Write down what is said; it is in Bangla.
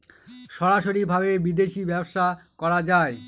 সরাসরি ভাবে বিদেশী ব্যবসা করা যায়